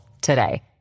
today